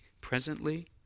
presently